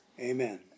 amen